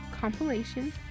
compilation